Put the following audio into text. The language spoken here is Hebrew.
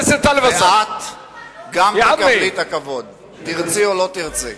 ואת גם תקבלי את הכבוד, תרצי או לא תרצי.